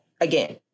again